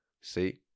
See